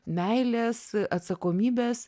meilės atsakomybės